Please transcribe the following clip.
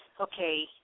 okay